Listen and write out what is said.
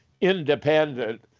independent